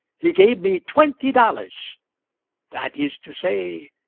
he gave me twenty dollars that is to say,